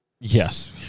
yes